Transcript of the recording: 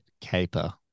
Caper